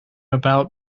about